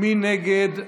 מי נגד?